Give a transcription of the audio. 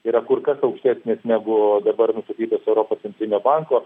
yra kur kas aukštesnės negu dabar nustatytos europos centrinio banko